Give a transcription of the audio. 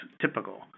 typical